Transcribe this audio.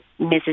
Mrs